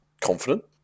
confident